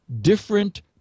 different